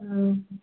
ம்